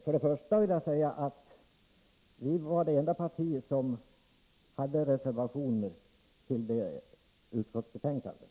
För det första var vi det enda parti som hade reservationer till det Begränsning av Stkörtsbeftnkandet.